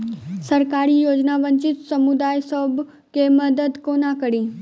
सरकारी योजना वंचित समुदाय सब केँ मदद केना करे है?